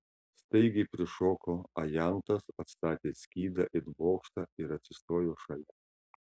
staigiai prišoko ajantas atstatęs skydą it bokštą ir atsistojo šalia